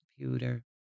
computer